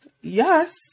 Yes